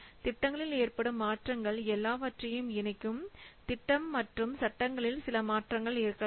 திட்டங்களில் ஏற்படும் மாற்றங்கள் எல்லாவற்றையும் இணைக்கும் திட்டம் மற்றும் சட்டங்களில் சில மாற்றங்கள் இருக்கலாம்